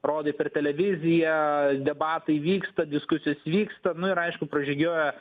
rodai per televiziją debatai vyksta diskusijos vyksta nu ir aišku pražygiuoja